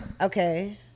okay